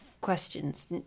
Questions